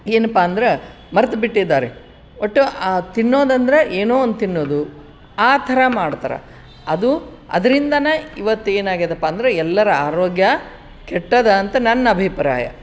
ಏನಪ್ಪ ಅಂದ್ರೆ ಮರ್ತು ಬಿಟ್ಟಿದ್ದಾರೆ ಒಟ್ಟು ತಿನ್ನೋದಂದರೆ ಏನೋ ಒಂದು ತಿನ್ನೋದು ಆ ಥರ ಮಾಡ್ತಾರ ಅದು ಅದ್ರಿಂದನೇ ಇವತ್ತು ಏನಾಗಿದೆಯಪ್ಪ ಅಂದರೆ ಎಲ್ಲರ ಆರೋಗ್ಯ ಕೆಟ್ಟದ ಅಂತ ನನ್ನ ಅಭಿಪ್ರಾಯ